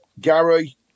Gary